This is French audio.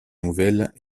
nouvelles